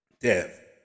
death